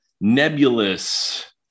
nebulous